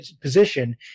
position